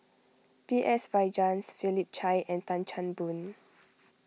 B S Rajhans Philip Chia and Tan Chan Boon